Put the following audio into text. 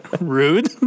Rude